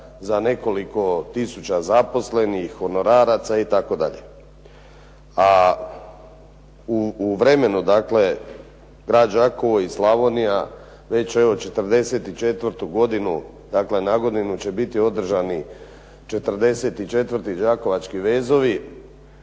za nekoliko tisuća zaposlenih, honoraraca itd. A u vremenu dakle grad Đakovo i Slavonija već evo 44-tu godinu dakle, nagodinu će biti održani 44-ti Đakovački vezovi.